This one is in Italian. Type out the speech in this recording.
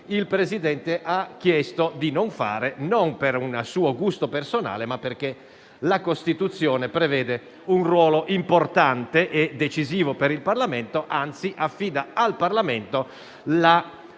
il Presidente ha chiesto di non fare, e non per un suo gusto personale, ma perché la Costituzione prevede un ruolo importante e decisivo per il Parlamento e, anzi, affida al Parlamento la facoltà